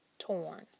torn